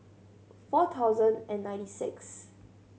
four thousand and ninety sixth